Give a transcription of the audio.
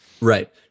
Right